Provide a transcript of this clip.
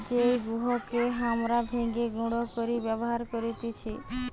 যেই গেহুকে হামরা ভেঙে গুঁড়ো করে ব্যবহার করতেছি